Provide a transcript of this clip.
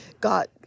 got